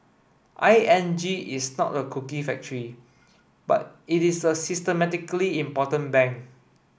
I N G is not a cookie factory but it is a systemically important bank